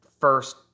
first